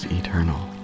eternal